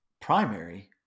primary